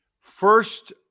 First